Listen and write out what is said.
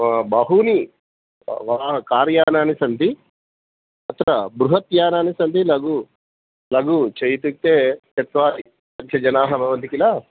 बहूनि कार् यानानि सन्ति तत्र बृहद्यानानि सन्ति लघु लघु च इत्युक्ते चत्वारि पञ्चजनाः भवन्ति किल